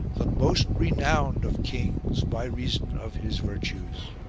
the most renowned of kings by reason of his virtues.